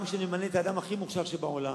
גם אם נמנה את האדם הכי מוכשר שבעולם,